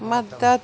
مدتھ